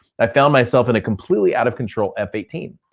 i found myself in a completely out-of-control f eighteen.